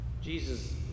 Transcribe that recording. Jesus